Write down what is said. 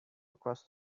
across